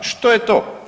Što je to?